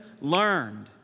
learned